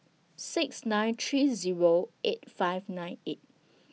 six nine three Zero eight five nine eight